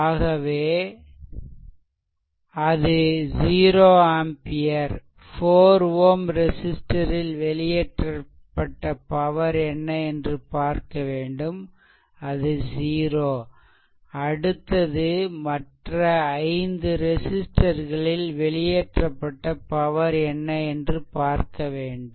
ஆகவே அது 0 ஆம்பியர் 4 Ω ரெசிஸ்ட்டரில் வெளியேற்றப்பட்ட பவர் என்ன என்று பார்க்க வேண்டும் அது 0 அடுத்தது மற்ற ஐந்து ரெசிஸ்ட்டரில் வெளியேற்றப்பட்ட பவர் என்ன என்று பார்க்க வேண்டும்